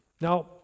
Now